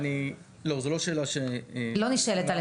זו לא שאלה שנשאלה.